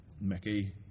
Mickey